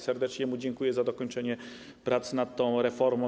Serdecznie mu dziękuję za dokończenie prac nad tą reformą.